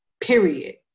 period